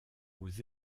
aux